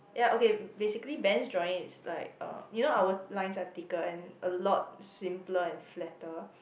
ya okay basically Ben's drawing is like uh you know our lines are thicker and a lot simpler and flatter